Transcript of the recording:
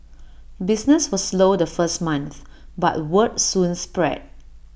business was slow the first month but word soon spread